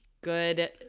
Good